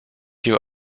you